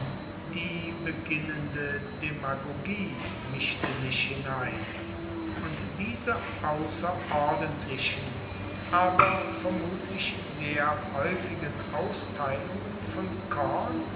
die beginnende demagogie mischte sich hinein und diese ausserordentlichen aber vermutlich sehr haeufigen austeilungen von korn